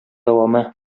дәвамы